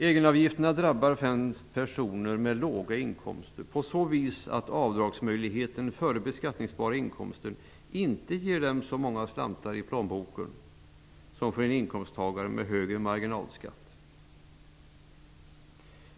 Egenavgifterna drabbar främst personer med låga inkomster på så vis att möjligheten till avdrag före den beskattningsbara inkomsten inte ger dem så många slantar i plånboken som för en inkomsttagare med hög marginalskatt.